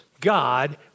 God